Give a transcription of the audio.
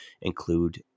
Include